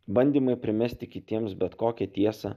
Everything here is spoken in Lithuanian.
bandymai primesti kitiems bet kokią tiesą